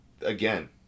Again